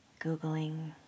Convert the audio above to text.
googling